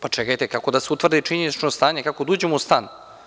Pa, čekajte, kako da se utvrdi činjenično stanje, kako da uđemo u stan?